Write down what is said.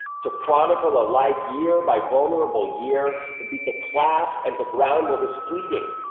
to chronicle a life year by vulnerable year would be to clasp and to ground what was fleeting,